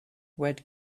what